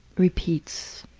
repeats.